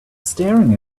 staring